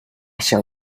shall